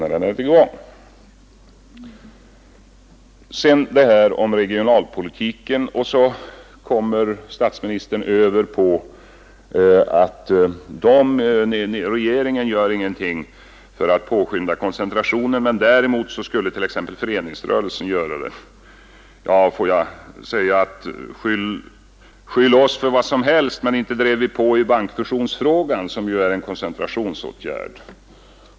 Sedan har vi det där om regionalpolitiken, och då kommer statsministern över på att regeringen gör ingenting för att påskynda koncentrationen, men däremot skulle t.ex. föreningsrörelsen göra det. Ja, skyll oss för vad som helst, men inte drev vi på i fråga om bankfusionen, som ju är en koncentrationsåtgärd.